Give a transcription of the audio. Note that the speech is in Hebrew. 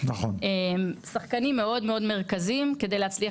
הם שחקנים מאוד מאוד משמעותיים כדי להצליח